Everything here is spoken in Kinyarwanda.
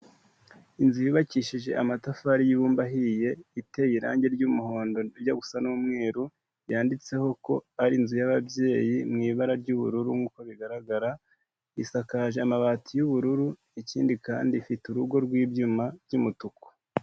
Inzu yubakishije amatafari y'ibumba ahiye, iteye irangi ry'umuhondo rijya gusa n'umweru, yanditseho ko ari inzu y'ababyeyi mu ibara ry'ubururu nk'uko bigaragara, isakaje amabati y'ubururu, ikindi kandi ifite urugo rw'ibyuma by'umutuku.